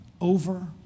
over